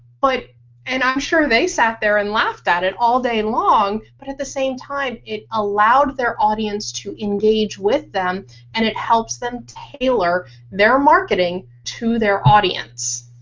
but and i'm sure they sat there and laugh at it all day long. but at the same time, it allowed their audience to engage with them and it helps them tailor their marketing to their audience.